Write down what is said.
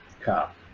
cop